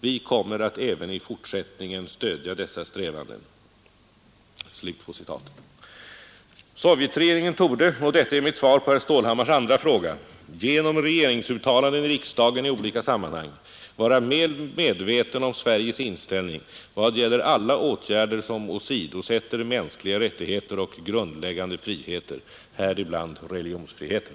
Vi kommer att även i fortsättningen stödja dessa strävanden.” Sovjetregeringen torde — och detta är mitt svar på herr Stålhammars andra fråga — genom regeringsuttalanden i riksdagen i olika sammanhang vara väl medveten om Sveriges inställning i vad gäller alla åtgärder som åsidosätter mänskliga rättigheter och grundläggande friheter, häribland religionsfriheten.